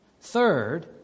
Third